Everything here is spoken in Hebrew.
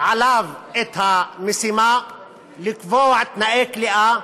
עליו את המשימה לקבוע תנאי כליאה,